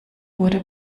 wurde